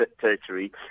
territory